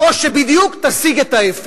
או שתשיג בדיוק את ההיפך.